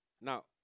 Now